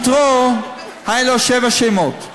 יתרו, היו לו שבעה שמות,